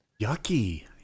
Yucky